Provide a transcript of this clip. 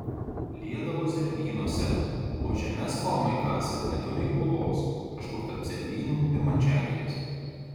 liedavo zervynose o žemes formai kasė netoli ūlos kažkur tarp zervynų ir mančiagirės